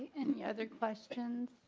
any other questions?